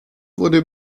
wurde